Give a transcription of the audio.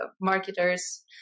marketers